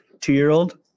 Two-year-old